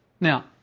Now